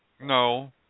no